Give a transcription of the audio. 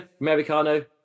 americano